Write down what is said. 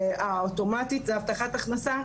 שהאוטומטית זה הבטחת הכנסה,